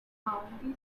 county